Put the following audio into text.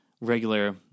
regular